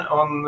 on